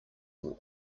will